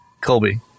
Colby